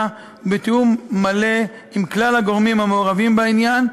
ובתיאום מלא עם כלל הגורמים המעורבים בעניין,